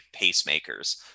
pacemakers